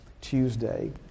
Tuesday